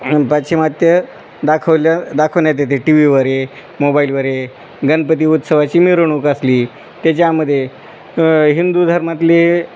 पाश्चिमात्य दाखवल्या दाखवण्यात येते टी व्ही वर मोबाईलवर गणपती उत्सवाची मिरवणूक असली त्याच्यामध्ये हिंदू धर्मातली